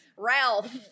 Ralph